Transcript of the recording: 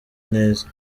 neza